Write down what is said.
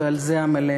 ועל זה עמלנו.